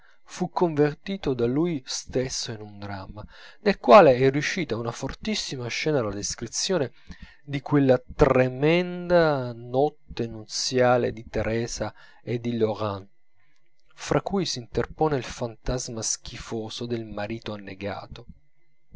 fu convertito da lui stesso in un dramma nel quale è riuscita una fortissima scena la descrizione di quella tremenda notte nuziale di teresa e di laurent fra cui s'interpone il fantasma schifoso del marito annegato